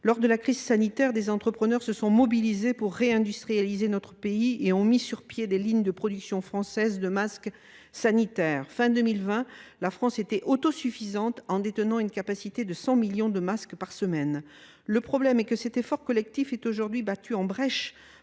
Lors de la crise sanitaire, des entrepreneurs se sont mobilisés pour réindustrialiser notre pays ; ils ont mis sur pied des lignes de production française de masques sanitaires. À la fin de 2020, la France était autosuffisante, avec une capacité de production de cent millions de masques par semaine. Le problème est que cet effort collectif est aujourd’hui battu en brèche